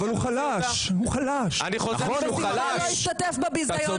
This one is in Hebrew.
באתם לכנסת כדי להיות חבורת פיונים, שהפכו